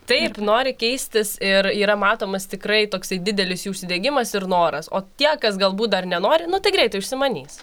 taip nori keistis ir yra matomas tikrai toksai didelis jų užsidegimas ir noras o tie kas galbūt dar nenori nu tai greitai užsimanyst